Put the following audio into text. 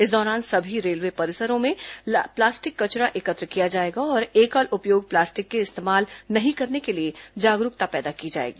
इस दौरान सभी रेलवे परिसरों से प्लास्टिक कचरा एकत्र किया जाएगा और एकल उपयोग प्लास्टिक के इस्तेमाल नहीं करने के लिए जागरूकता पैदा की जायेगी